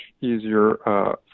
easier